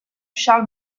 charles